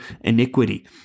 iniquity